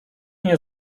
nie